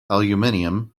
aluminium